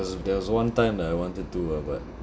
there's there was one time that I wanted to ah but